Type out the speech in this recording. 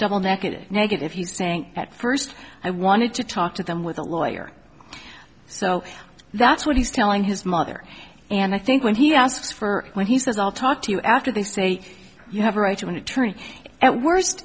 double negative negative he's saying at first i wanted to talk to them with a lawyer so that's what he's telling his mother and i think when he asks for when he says i'll talk to you after they say you have a right to an attorney at worst